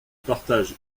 partage